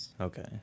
Okay